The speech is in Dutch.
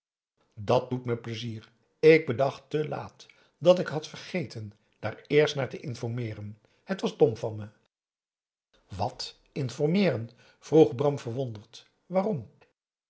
dat doet me pleizier ik bedacht te laat dat ik had vergeten daar eerst naar te informeeren het was dom van me wat informeeren vroeg bram verwonderd